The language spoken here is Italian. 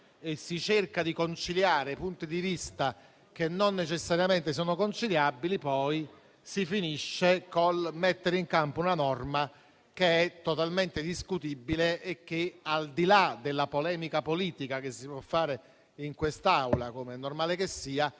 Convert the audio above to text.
e si cerca di conciliare punti di vista che non necessariamente sono conciliabili, poi si finisce col mettere in campo una norma che è totalmente discutibile e che, al di là della polemica politica che si può fare in quest'Aula, come è normale che sia,